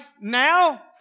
now